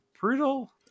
brutal